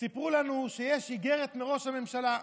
סיפרו לנו שיש איגרת מראש הממשלה.